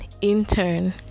intern